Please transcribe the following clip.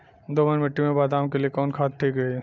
दोमट मिट्टी मे बादाम के लिए कवन खाद ठीक रही?